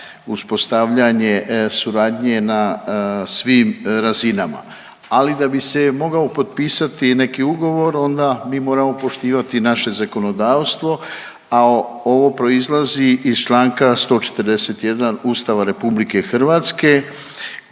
uspostavljanje suradnje na svim razinama. Ali da bi se mogao potpisati neki ugovor onda mi moramo poštivati naše zakonodavstvo, a ovo proizlazi iz čl. 141. Ustava RH da se